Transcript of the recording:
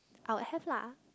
I would have lah